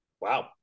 Wow